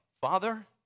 father